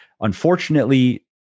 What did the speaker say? unfortunately